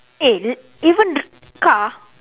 eh even the car